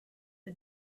the